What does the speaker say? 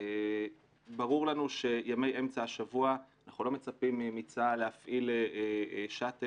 ברור לנו שימי אמצע השבוע אנחנו לא מצפים מצה"ל להפעיל שאטל,